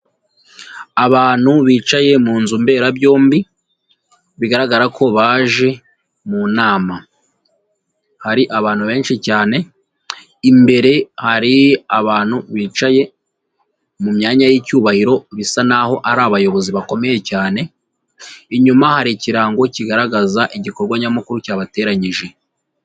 Abantu bicaye mu nzu mberabyombi bigaragara ko baje mu nama. Hari abantu benshi cyane, imbere hari abantu bicaye mu myanya y'icyubahiro bisa n'aho ari abayobozi bakomeye cyane, inyuma hari ikirango kigaragaza igikorwa nyamukuru cyabateranyije.